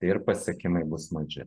tai ir pasiekimai bus maži